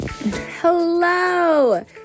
Hello